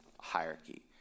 hierarchy